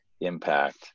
impact